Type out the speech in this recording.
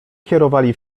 kierowali